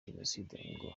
genocide